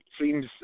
seems